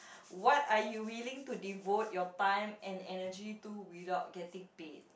what are you willing to devote your time and energy to without getting paid